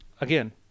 again